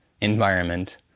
environment